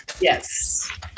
yes